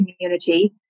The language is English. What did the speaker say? community